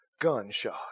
gunshot